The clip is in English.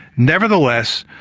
nevertheless,